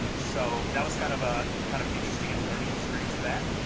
um so that was kind of ah kind of interesting and a learning experience for that.